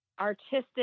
artistic